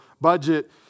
budget